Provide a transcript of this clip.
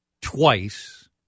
Twice